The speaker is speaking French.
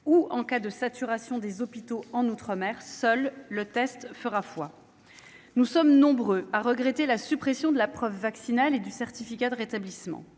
ou de saturation des hôpitaux outre-mer, mais seul le test fera foi. Nous sommes nombreux à regretter la suppression de la preuve vaccinale et du certificat de rétablissement.